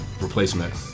replacement